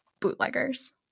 bootleggers